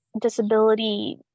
disability